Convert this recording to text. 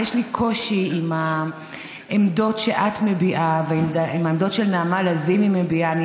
יש לי קושי עם העמדות שאת מביעה ועם העמדות שנעמה לזימי מביעה.